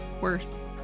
worse